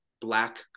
black